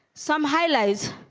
some highlights